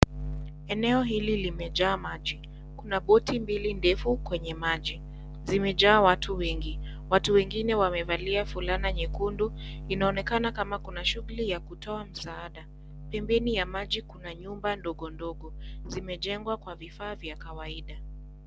Eneo hili limejaa maji, kuna boti mbili ndefu kwenye maji zimejaa watu wengi. Watu wengine wamevalia fulana nyekundu inaonekana kuwa kuna shughuli ya kutoa msaada pembeni ya maji kuna nyumba ndogondogo zimejengwa kwa vifaa vya kawaida.